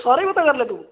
ਸਾਰੇ ਹੀ ਪਤਾ ਕਰ ਲਿਆ ਤੂੰ